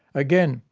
again,